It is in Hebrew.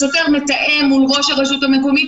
השוטר מתאם מול ראש הרשות המקומית,